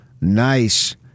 nice